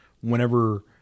whenever